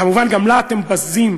כמובן לה אתם בזים,